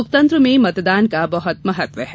लोकतंत्र में मतदान का बहुत महत्व है